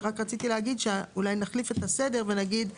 רק רציתי להגיד שאולי נחליף את הסדר ונגיד,